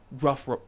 Rough